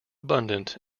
abundant